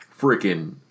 freaking